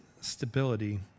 stability